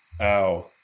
ow